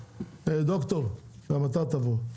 ד"ר, גם אתה תבוא.